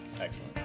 excellent